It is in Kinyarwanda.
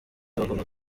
bagomba